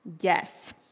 Yes